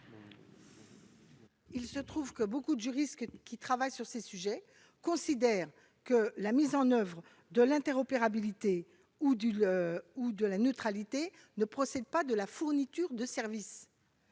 Il se trouve que beaucoup de juristes qui travaillent sur ces sujets considèrent que la mise en oeuvre de l'interopérabilité et de la neutralité ne constitue pas une fourniture de services